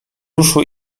uszu